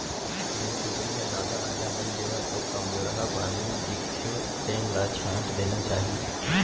जेन कुकरी ह जादा अंडा नइ देवय अउ कमजोरहा बानी दिखथे तेन ल छांट देना चाही